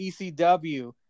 ECW